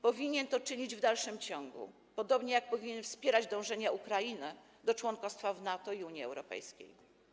Powinien to czynić w dalszym ciągu, podobnie jak powinien wspierać dążenia Ukrainy do członkostwa w NATO i Unii Europejskiej.